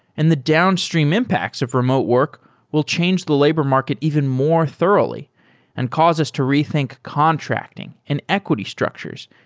and the downstream impacts of remote work will change the labor market even more thoroughly and cause us to rethink contracting, and equity structures,